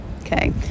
Okay